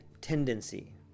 tendency